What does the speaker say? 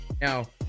Now